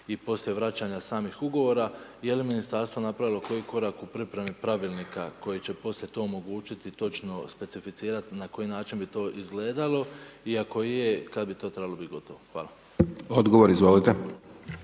i poslije vraćanja samih ugovora. Je li ministarstvo napravilo koji korak u pripremi pravilnika koji će poslije to omogućiti, točno specificirati i na koji način bi to izgledalo i ako je kada bi to trebalo biti gotovo? Hvala. **Hajdaš Dončić,